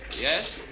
Yes